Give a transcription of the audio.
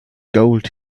gold